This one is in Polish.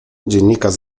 dziennikarz